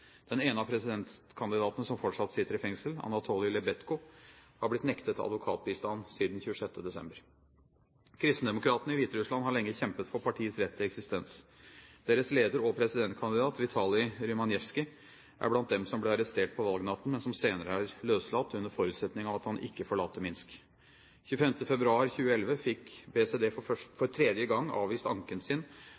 Den ene av presidentkandidatene som fortsatt sitter i fengsel, Anatoly Lebedko, har blitt nektet advokatbistand siden 26. desember. Kristendemokratene i Hviterussland har lenge kjempet for partiets rett til eksistens. Deres leder og presidentkandidat, Vitaly Rymasheuski, er blant dem som ble arrestert på valgnatten, men som senere er løslatt under forutsetning av at han ikke forlater Minsk. Den 25. februar 2011 fikk BCD for